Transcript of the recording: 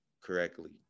correctly